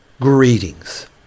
Greetings